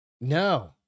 No